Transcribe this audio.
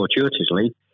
fortuitously